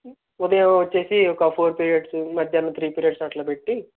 ఉదయం వచ్చేసి ఒక ఫోర్ పీరియడ్సు మధ్యాహ్నం త్రీ పీరియడ్స్ అట్లా పెట్టి